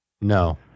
No